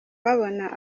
babona